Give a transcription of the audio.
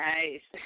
Nice